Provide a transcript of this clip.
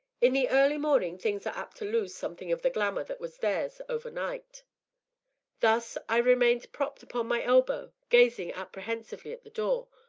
in the early morning things are apt to lose something of the glamour that was theirs over night thus i remained propped upon my elbow, gazing apprehensively at the door,